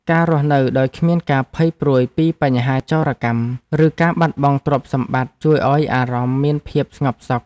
ការរស់នៅដោយគ្មានការភ័យព្រួយពីបញ្ហាចោរកម្ម ឬការបាត់បង់ទ្រព្យសម្បត្តិជួយឱ្យអារម្មណ៍មានភាពស្ងប់សុខ។